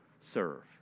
serve